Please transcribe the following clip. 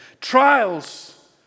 Trials